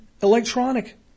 electronic